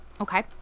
Okay